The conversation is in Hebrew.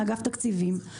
מאגף התקציבים.